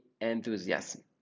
enthusiasm